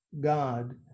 God